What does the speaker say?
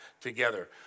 together